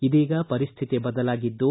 ಇದೀಗ ಪರಿಸ್ಥಿತಿ ಬದಲಾಗಿದ್ದು